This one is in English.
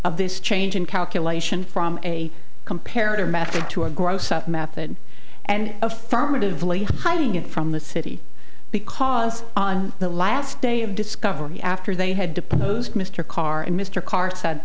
of this change in calculation from a comparative method to a gross up method and affirmatively hiding it from the city because on the last day of discovery after they had to put those mr karr in mr karr said